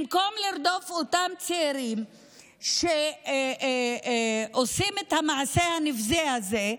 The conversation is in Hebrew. במקום לרדוף את אותם צעירים שעושים את המעשה הנבזי הזה,